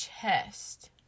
chest